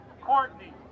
Courtney